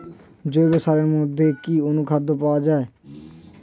জৈব সারের মধ্যে কি অনুখাদ্য পাওয়া যায়?